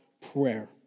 prayer